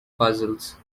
puzzles